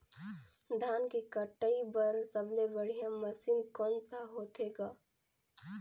धान के कटाई बर सबले बढ़िया मशीन कोन सा होथे ग?